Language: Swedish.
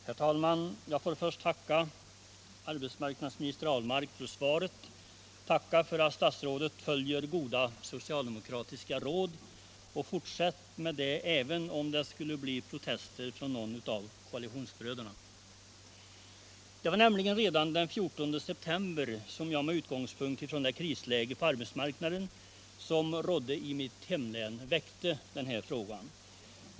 Herr talman! Jag får till att börja med tacka arbetsmarknadsminister Per Ahlmark för svaret, tacka för att statsrådet följer goda socialdemokratiska råd. Fortsätt med det även om det skulle bli protester från någon av koalitionsbröderna! Det var nämligen redan den 14 september som jag, med utgångspunkt i det krisläge på arbetsmarknaden som rådde i mitt hemlän, väckte den här frågan.